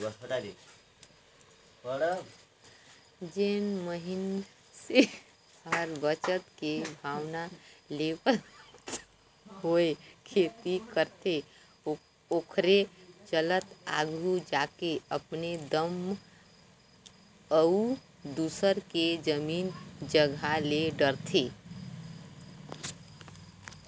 जेन मइनसे ह बचत के भावना लेवत होय खेती करथे ओखरे चलत आघु जाके अपने दम म अउ दूसर के जमीन जगहा ले डरथे